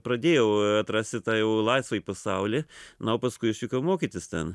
pradėjau atrasti tą jau laisvąjį pasaulį na o paskui išvykau mokytis ten